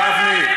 גפני,